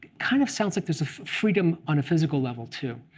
kind of sounds like there's ah freedom on a physical level too.